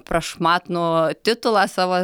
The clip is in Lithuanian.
prašmatnų titulą savo